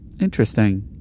Interesting